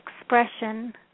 expression